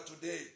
today